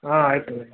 ಹಾಂ ಆಯ್ತು ಮೇಡಮ್